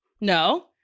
No